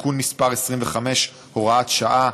(תיקון מס' 25 והוראת שעה),